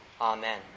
Amen